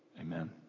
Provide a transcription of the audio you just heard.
Amen